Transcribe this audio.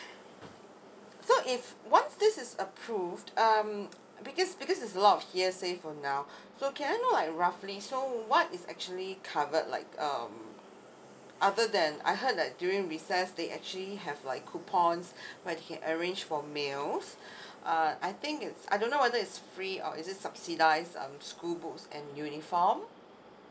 so if once this is approved um because because is a lot of years say for now so can I know Iike roughly so what is actually covered like um other than I heard that during recess they actually have like coupons that can arrange for meals uh I think it's I don't know whether is free or is it subsidise um school books and uniform